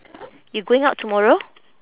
you going out tomorrow